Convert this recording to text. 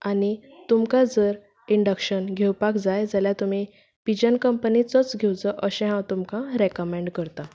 आनी तुमकां जर इंडक्शन घेवपाक जाय जाल्यार तुमी पिजन कंपनीचोच घेवचो अशें हांव तुमकां रेकमेंड करतां